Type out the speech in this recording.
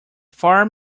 farm